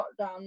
lockdown